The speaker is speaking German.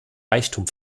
reichtum